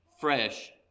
fresh